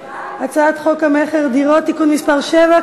הצעת חוק המכר (דירות) (תיקון מס' 7),